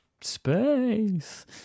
space